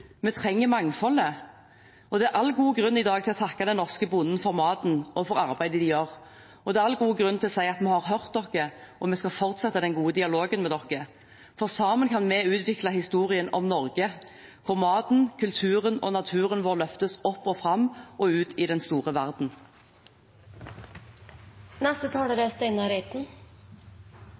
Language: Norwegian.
Vi trenger mangfoldet. Det er all god grunn i dag til å takke den norske bonden for maten og for arbeidet de gjør, og det er all god grunn til å si: Vi har hørt dere, og vi skal fortsette den gode dialogen med dere. Sammen kan vi utvikle historien om Norge, der maten, kulturen og naturen vår løftes opp og fram og ut i den store